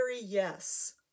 yes